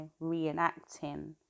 reenacting